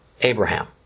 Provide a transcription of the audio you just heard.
Abraham